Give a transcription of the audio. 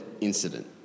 incident